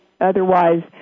Otherwise